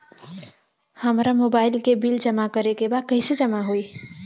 हमार मोबाइल के बिल जमा करे बा कैसे जमा होई?